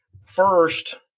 First